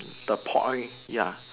the point ya